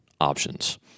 options